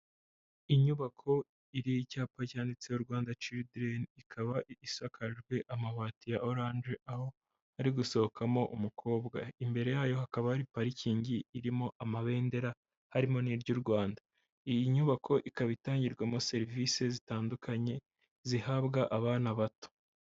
Inyubako iriho icyapa cyanditseho Rwanda Children, ikaba isakajwe amabati ya orange, aho iri gusohokamo umukobwa, imbere yayo hakaba hari parikingi irimo amabendera harimo n'iry'u Rwanda. Iyi nyubako ikaba itangirwamo serivisi zitandukanye zihabwa abana bato.